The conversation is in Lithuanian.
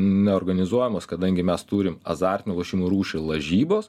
neorganizuojamos kadangi mes turim azartinių lošimų rūšį lažybos